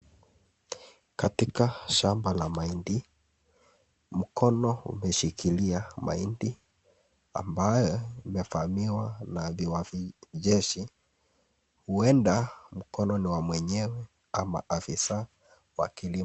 Katika shamba la mahindi, mkono umeshikilia mahindi ambayo imevamiwa na viwavi jeshi. Huenda mkono ni wa mwenyewe ama afisa wa kilimo.